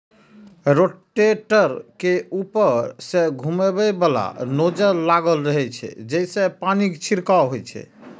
rotator के ऊपर मे घुमैबला नोजल लागल रहै छै, जइसे पानिक छिड़काव होइ छै